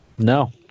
No